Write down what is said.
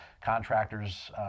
contractors